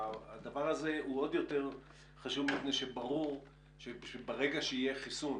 הדבר הזה עוד יותר חשוב מפני שברור שברגע שיהיה חיסון,